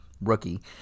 rookie